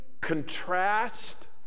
contrast